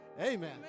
Amen